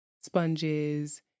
sponges